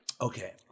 Okay